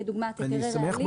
כדוגמת היתרי רעלים,